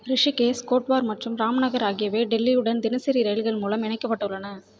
ரிஷிகேஷ் கோட்வார் மற்றும் ராம்நகர் ஆகியவை டெல்லியுடன் தினசரி ரயில்கள் மூலம் இணைக்கப்பட்டுள்ளன